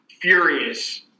furious